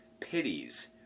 pities